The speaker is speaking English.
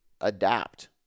adapt